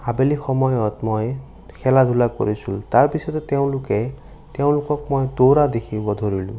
আবেলি সময়ত মই খেলা ধূলা কৰিছোঁ তাৰ পিছতে তেওঁলোকে তেওঁলোকক মই দৌৰা দেখিব ধৰিলোঁ